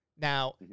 Now